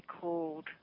called